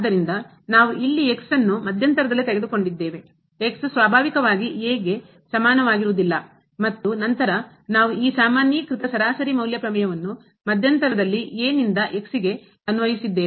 ಆದ್ದರಿಂದ ನಾವು ಇಲ್ಲಿ ಅನ್ನು ಮಧ್ಯಂತರದಲ್ಲಿ ತೆಗೆದುಕೊಂಡಿದ್ದೇವೆ ಸ್ವಾಭಾವಿಕವಾಗಿ ಗೆ ಸಮನಾಗಿರುವುದಿಲ್ಲ ಮತ್ತು ನಂತರ ನಾವು ಈ ಸಾಮಾನ್ಯೀಕೃತ ಸರಾಸರಿ ಮೌಲ್ಯ ಪ್ರಮೇಯವನ್ನು ಮಧ್ಯಂತರದಲ್ಲಿ ನಿಂದ ಗೆ ಅನ್ವಯಿಸಿದ್ದೇವೆ